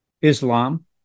Islam